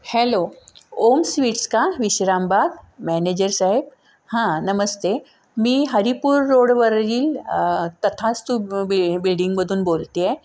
hello Om sweets का Vishrambag manager साहेब हां नमस्ते मी हरिपूर रोडवरील तथास्तू बि बिल्डिंगमधून बोलते आहे